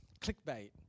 clickbait